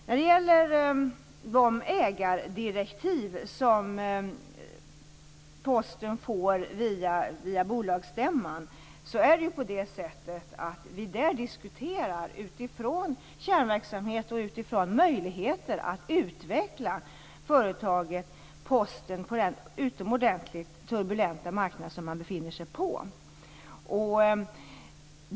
När det gäller de ägardirektiv Posten får via bolagsstämman, diskuterar vi där utifrån kärnverksamheten och möjligheter att utveckla företaget Posten på den utomordentligt turbulenta marknad man befinner sig.